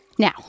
Now